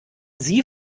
sie